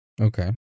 Okay